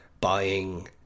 buying